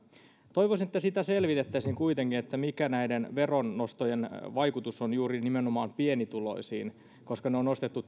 toivoisin että sitä selvitettäisiin kuitenkin mikä näiden veronnostojen vaikutus on juuri nimenomaan pienituloisiin koska tässä ohjelmassa on nostettu